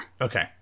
Okay